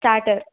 starter